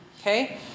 Okay